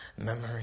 memory